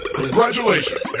congratulations